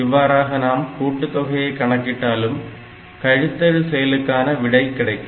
இவ்வாறாக நம் கூட்டுத் தொகையை கணக்கிட்டாலும் கழித்தல் செயலுக்கான விடை கிடைக்கும்